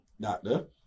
doctor